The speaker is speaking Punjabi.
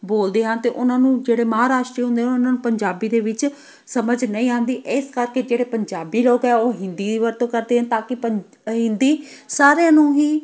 ਬੋਲਦੇ ਹਨ ਅਤੇ ਉਹਨਾਂ ਨੂੰ ਜਿਹੜੇ ਮਹਾਰਾਸ਼ਟਰ ਹੁੰਦੇ ਉਹਨਾਂ ਨੂੰ ਪੰਜਾਬੀ ਦੇ ਵਿੱਚ ਸਮਝ ਨਹੀਂ ਆਉਂਦੀ ਇਸ ਕਰਕੇ ਜਿਹੜੇ ਪੰਜਾਬੀ ਲੋਕ ਆ ਉਹ ਹਿੰਦੀ ਦੀ ਵਰਤੋਂ ਕਰਦੇ ਹਾਂ ਤਾਂ ਕਿ ਪੰਜ ਹਿੰਦੀ ਸਾਰਿਆਂ ਨੂੰ ਹੀ